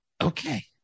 okay